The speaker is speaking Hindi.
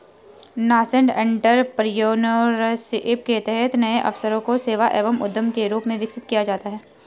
नासेंट एंटरप्रेन्योरशिप के तहत नए अवसरों को सेवा एवं उद्यम के रूप में विकसित किया जाता है